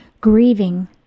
grieving